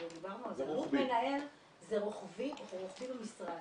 ודיברנו על זה --- מנהל זה רוחבי במשרד.